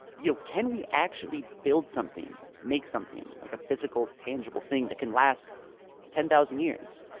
you know can we actually build something, make something like a physical, tangible thing that can last ten thousand years?